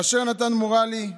אשר נתן מורלי,